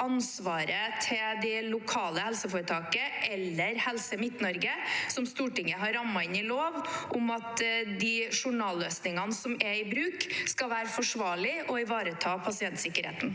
ansvaret til det lokale helseforetaket eller Helse Midt-Norge, som Stortinget har rammet inn i lov, om at journalløsningene som er i bruk, skal være forsvarlige og ivareta pasientsikkerheten.